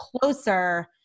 closer